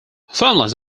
farmlands